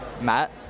Matt